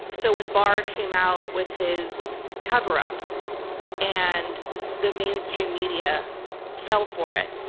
so when barr came out with his cover up and the mainstream media fell for it,